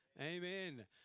Amen